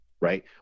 right